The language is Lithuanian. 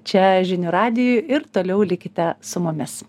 čia žinių radijuj ir toliau likite su mumis